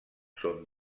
són